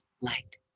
light